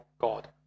God